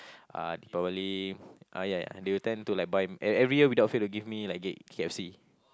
uh Deepavali oh yeah and they will tend to like buy and every year without fail they'll give me like g~ k_f_c